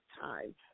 time